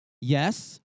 Yes